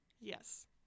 Yes